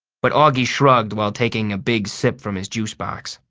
but auggie shrugged while taking a big sip from his juice box.